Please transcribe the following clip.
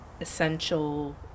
essential